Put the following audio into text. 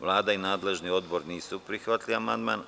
Vlada i nadležni odbor nisu prihvatili amandman.